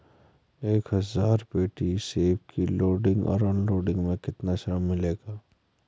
एक हज़ार पेटी सेब की लोडिंग और अनलोडिंग का कितना श्रम मिलेगा?